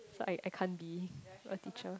so I I can't be a teacher